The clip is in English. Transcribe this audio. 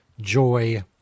joy